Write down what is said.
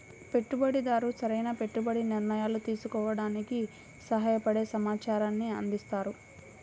పెట్టుబడిదారు సరైన పెట్టుబడి నిర్ణయాలు తీసుకోవడానికి సహాయపడే సమాచారాన్ని అందిస్తారు